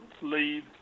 leave